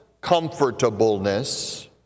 comfortableness